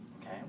okay